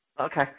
Okay